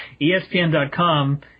ESPN.com